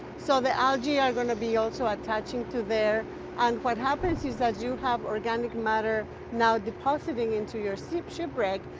so the algae are going to be also attaching to there and what happens is as you have organic matter now depositing into your so shipwreck,